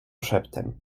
szeptem